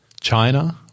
China